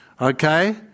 Okay